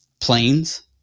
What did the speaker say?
planes